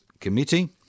Committee